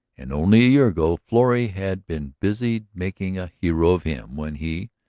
and only a year ago florrie had been busied making a hero of him when he,